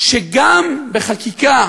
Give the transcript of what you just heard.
שגם בחקיקה